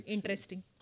Interesting